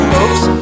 oops